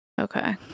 Okay